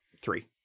Three